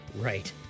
right